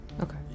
Okay